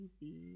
easy